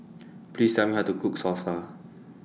Please Tell Me How to Cook Salsa